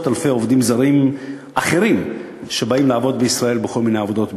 אלפי עובדים זרים אחרים שבאים לעבוד בישראל בכל מיני עבודות,